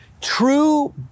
true